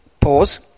Pause